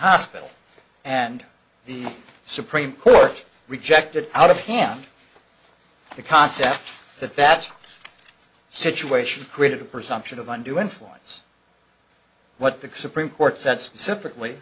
hospital and the supreme court rejected out of hand the concept that that situation created a presumption of undue influence what the supreme court said separately